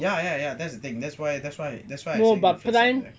ya ya ya that's the thing that's why that's why that's what I saying